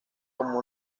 como